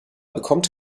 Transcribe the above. bekommt